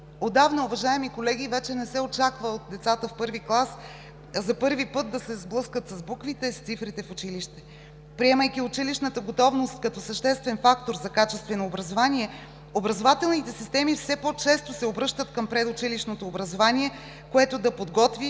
Отдавна, уважаеми колеги, вече не се очаква от децата в първи клас за първи път да се сблъскат с буквите, с цифрите в училище. Приемайки училищната готовност като съществен фактор за качествено образование, образователните системи все по-често се обръщат към предучилищното образование, което да подготви